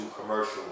commercial